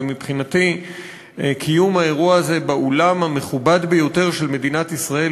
ומבחינתי קיום האירוע הזה באולם המכובד ביותר של מדינת ישראל,